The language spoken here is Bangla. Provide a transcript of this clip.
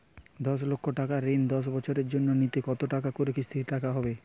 দশ লক্ষ টাকার ঋণ দশ বছরের জন্য নিলে কতো টাকা করে কিস্তির টাকা হবে?